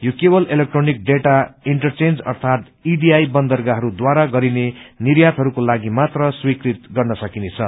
यो केवल electronic data interchange अर्थात ईडीआई बन्दरगाहहरूद्वारा गरिने निर्यातहरूको लागि मात्र स्वीकृत गर्न सकिनेछ